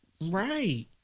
Right